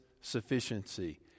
sufficiency